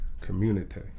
community